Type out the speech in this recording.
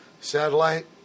satellite